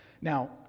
now